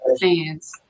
fans